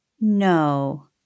No